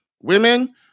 Women